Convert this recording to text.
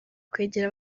kwegera